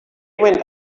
went